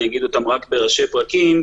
אגיד אותן רק בראשי פרקים.